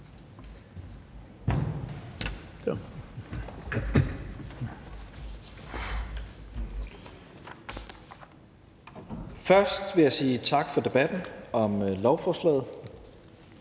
Først vil jeg sige tak for debatten om lovforslaget.